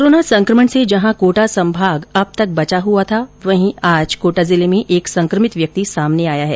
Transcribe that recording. corona संकमण से जहां कोटा संभाग अब तक बचा हुआ था वहीं आज कोटा जिले में एक संक्रमित व्यक्ति सामने आया है